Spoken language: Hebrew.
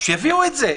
אז שיביאו את זה.